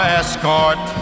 escort